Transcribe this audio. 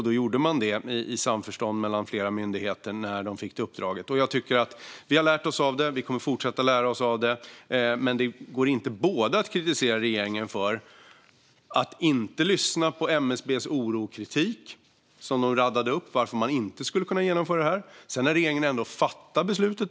Det gjordes då i samförstånd mellan flera myndigheter när de fick det uppdraget. Jag tycker att vi har lärt oss av detta, och vi kommer att fortsätta att lära oss av det. Men det går inte att kritisera regeringen för båda saker. Regeringen kritiseras för att man inte lyssnade på MSB:s oro och kritik - de talade om varför de inte skulle kunna genomföra detta. Sedan fattade regeringen ändå beslutet.